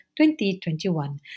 2021